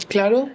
Claro